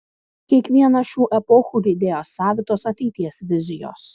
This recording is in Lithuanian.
kiekvieną šių epochų lydėjo savitos ateities vizijos